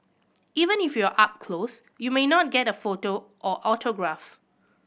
even if you are up close you may not get a photo or autograph